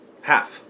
Half